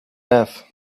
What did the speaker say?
have